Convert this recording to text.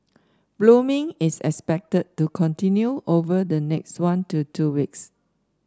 blooming is expected to continue over the next one to two weeks